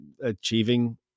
achieving